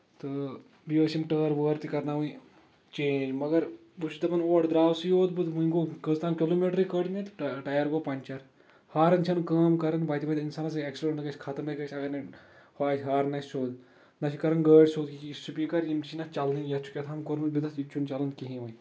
تہٕ بیٚیہِ ٲسۍ یِم ٹٲر وٲر تہِ کَڑناوٕنۍ چینٛج مَگر بہٕ چھُس دَپان اور دراوسٕے یوٗت بہٕ ونہِ گوٚو کٔژ تام کِلومیٖٹرٕے کٔڑ مےٚ تہٕ ٹیَر گوٚو پنٛچر ہارن چھنہٕ کٲم کران وَتہِ وَتہِ انسانس ہیٚے ایٚکسیڈنٛٹ گژھِ ختم ہے گژھِ اَگرنیٚے ہُہ آسہِ ہارَن آسہِ سیوٚد نہ چھ کران گٲڑ سیٚود یکہِ یہِ سپیٖکر یِم تہِ چھِ نہٕ اَتھ چلانٕے یَتھ چھُ کیاہ تانۍ کوٚرمُت بِدتھ یہِ تہِ چھُ نہٕ چلان کہیٖنٛۍ وۄنۍ